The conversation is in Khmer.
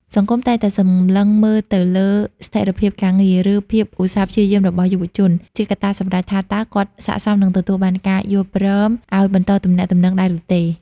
សង្គមតែងតែសម្លឹងមើលទៅលើ "ស្ថិរភាពការងារ" ឬភាពឧស្សាហ៍ព្យាយាមរបស់យុវជន ជាកត្តាសម្រេចថាតើគាត់ស័ក្តិសមនឹងទទួលបានការយល់ព្រមឱ្យបន្តទំនាក់ទំនងដែរឬទេ។